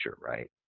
right